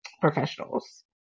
professionals